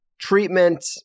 treatment